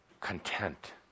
content